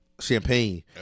champagne